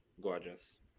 gorgeous